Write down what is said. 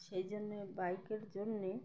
সেই জন্যে বাইকের জন্যে